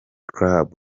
club